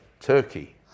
Turkey